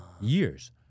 years